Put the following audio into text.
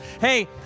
Hey